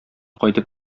кайтып